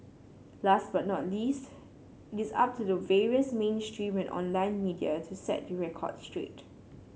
last but not least it is up to the various mainstream and online media to set the record straight